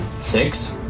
Six